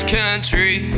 country